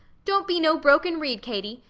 don't be no broken reed, katie!